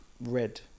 Red